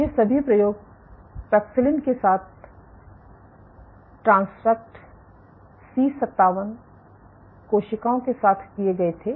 ये सभी प्रयोग पैक्सिलिन के साथ ट्रांसफ़ेक्ट सी57 कोशिकाओं के साथ किए गए थे